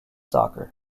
soccer